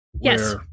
Yes